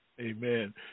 Amen